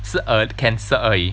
是 err cancer 而已